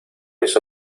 eso